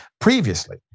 previously